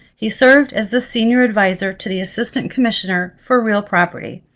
he served as the senior advisor to the assistant commissioner for real property.